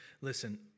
Listen